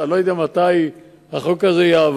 אני לא יודע מתי החוק הזה יעבור,